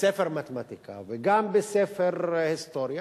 בספר מתמטיקה וגם בספר היסטוריה,